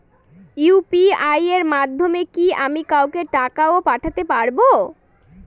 UPI এর মাধ্যমে কি আমি কাউকে টাকা ও পাঠাতে পারবো?